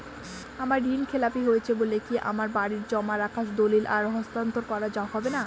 আমার ঋণ খেলাপি হয়েছে বলে কি আমার বাড়ির জমা রাখা দলিল আর হস্তান্তর করা হবে না?